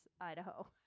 Idaho